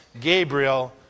Gabriel